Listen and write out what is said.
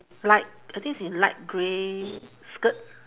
light I think is in light grey skirt